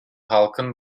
halkın